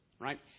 right